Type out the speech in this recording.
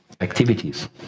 activities